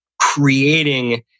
creating